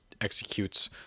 executes